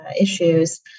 issues